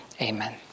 Amen